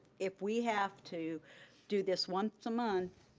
if we have to do this once a month,